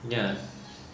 ya